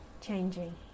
changing